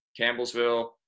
Campbellsville